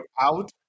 out